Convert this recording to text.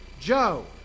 Joe